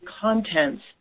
contents